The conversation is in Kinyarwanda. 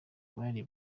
bari